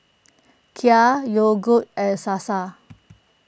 Kia Yogood and Sasa